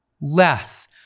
Less